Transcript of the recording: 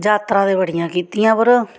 यात्रा ते बडियां कित्तियां पर